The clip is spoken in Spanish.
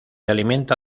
alimenta